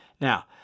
Now